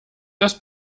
das